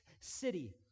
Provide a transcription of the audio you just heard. city